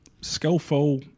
Skillful